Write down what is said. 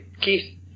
Keith